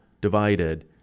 divided